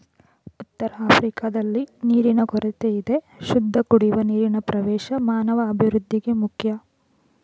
ಉತ್ತರಆಫ್ರಿಕಾದಲ್ಲಿ ನೀರಿನ ಕೊರತೆಯಿದೆ ಶುದ್ಧಕುಡಿಯುವ ನೀರಿನಪ್ರವೇಶ ಮಾನವಅಭಿವೃದ್ಧಿಗೆ ಮುಖ್ಯ